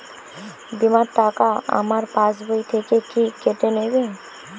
বিমার টাকা আমার পাশ বই থেকে কি কেটে নেবে?